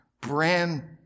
brand